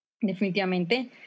definitivamente